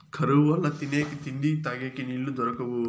కరువు వల్ల తినేకి తిండి, తగేకి నీళ్ళు దొరకవు